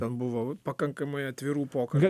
ten buvo pakankamai atvirų pokalbių